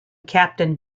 captain